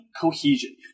cohesion